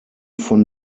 von